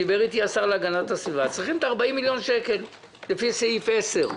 דיבר איתי השר להגנת הסביבה על כך שצריכים 40 מיליון שקל לפי סעיף 10,